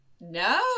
no